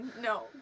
No